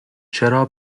چرا